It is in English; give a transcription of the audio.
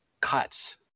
cuts